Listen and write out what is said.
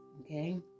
okay